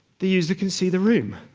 the user can see the room.